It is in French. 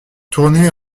tournée